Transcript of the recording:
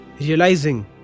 realizing